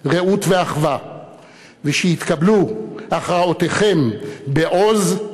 רעות ואחווה ושיתקבלו הכרעותיכם בעוז,